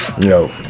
Yo